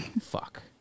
Fuck